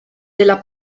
della